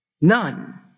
None